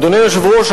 אדוני היושב-ראש,